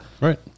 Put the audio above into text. right